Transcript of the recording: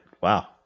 Wow